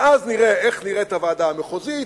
ואז נראה איך נראית הוועדה המחוזית,